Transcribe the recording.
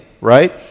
right